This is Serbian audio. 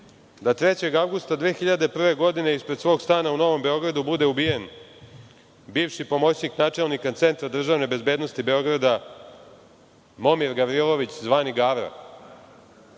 da 3. avgusta 2001. godine ispred svog stana na Novom Beogradu bude ubijen bivši moćnik načelnika Centra državne bezbednosti Beograda Momir Gavrilović zvani Gavra?